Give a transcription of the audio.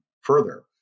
further